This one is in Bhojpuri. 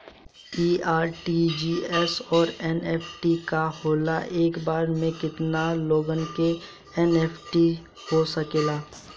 इ आर.टी.जी.एस और एन.ई.एफ.टी का होला और एक बार में केतना लोगन के एन.ई.एफ.टी हो सकेला?